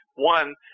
one